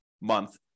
month